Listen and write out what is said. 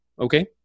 okay